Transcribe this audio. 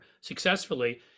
successfully